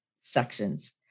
sections